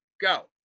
go